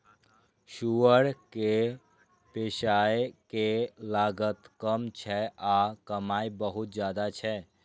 सुअर कें पोसय के लागत कम छै आ कमाइ बहुत ज्यादा छै